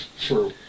True